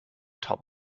top